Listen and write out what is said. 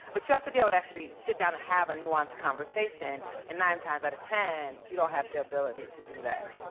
but you have to be able to actually sit down have a nuanced conversation and nine times out of ten, you don't have the ability to do that.